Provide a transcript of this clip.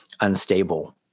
unstable